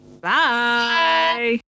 Bye